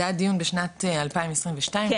זה היה דיון בשנת 2022. כן.